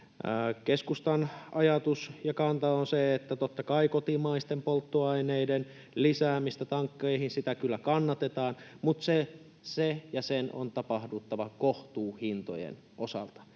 Keskustan ajatus ja kanta on se, että totta kai kotimaisten polttoaineiden lisäämistä tankkeihin kyllä kannatetaan, mutta sen on tapahduttava kohtuuhintojen osalta.